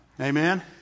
Amen